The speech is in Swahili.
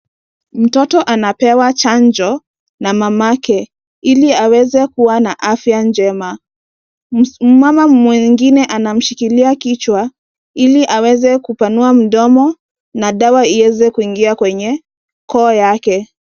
Mtoto anapewa chanjo na mama yake ili aweze kua na afya njema, mmama mwingine anamshikilia kichwa ili aweze kupanua mdomo na dawa iweze kuingia kwenye koo yake.